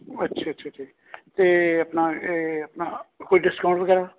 ਅੱਛਾ ਅੱਛਾ ਅੱਛਾ ਜੀ ਅਤੇ ਆਪਣਾ ਇਹ ਆਪਣਾ ਕੋਈ ਡਿਸਕਾਉਂਟ ਵਗੈਰਾ